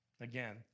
Again